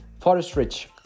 forest-rich